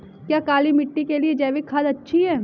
क्या काली मिट्टी के लिए जैविक खाद अच्छी है?